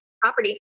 property